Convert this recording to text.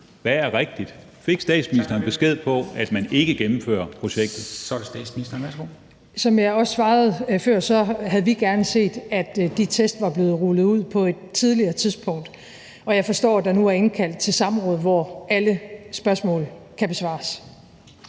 Så er det statsministeren. Værsgo. Kl. 23:40 Statsministeren (Mette Frederiksen): Som jeg også svarede før, havde vi gerne set, at de test var blevet rullet ud på et tidligere tidspunkt, og jeg forstår, at der nu er indkaldt til et samråd, hvor alle spørgsmål kan besvares.